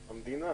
המדינה.